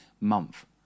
month